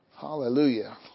Hallelujah